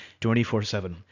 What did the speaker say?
24-7